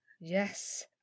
Yes